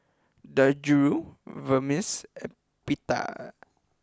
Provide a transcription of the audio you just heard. Dangojiru Vermicelli and Pita